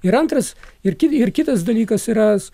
ir antras ir ki ir kitas dalykas yra